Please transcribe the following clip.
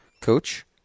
coach